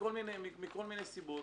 מיני סיבות.